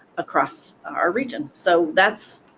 across our region. so that's